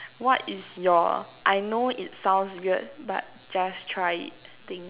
what is your I know it sounds weird but just try it thing